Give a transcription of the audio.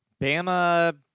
Bama